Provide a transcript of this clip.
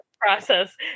process